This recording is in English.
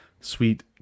Sweet